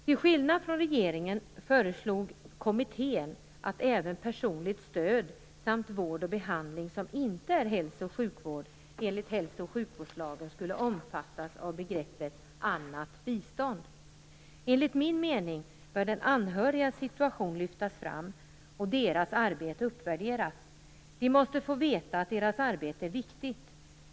Till skillnad från regeringen föreslog kommittén att även personligt stöd samt vård och behandling som inte är hälso och sjukvård enligt hälso och sjukvårdslagen skulle omfattas av begreppet "annat bistånd". Enligt min mening bör de anhörigas situation lyftas fram och deras arbete uppvärderas. De måste få veta att deras arbete är viktigt.